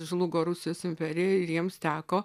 žlugo rusijos imperija ir jiems teko